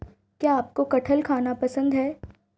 क्या आपको कठहल खाना पसंद है?